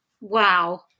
Wow